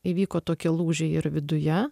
įvyko tokie lūžiai ir viduje